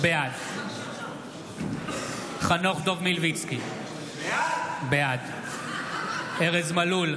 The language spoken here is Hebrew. בעד חנוך דב מלביצקי, בעד ארז מלול,